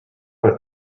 what